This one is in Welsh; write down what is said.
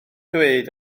dweud